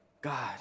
God